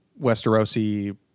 Westerosi